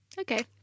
Okay